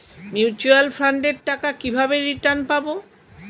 Mutual ফান্ডের টাকা কিভাবে রিটার্ন পাব?